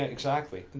ah exactly,